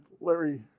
Larry